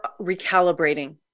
recalibrating